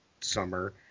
summer